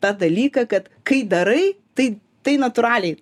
tą dalyką kad kai darai tai tai natūraliai